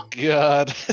God